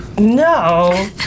No